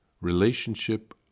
Relationship